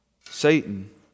Satan